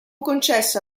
concessa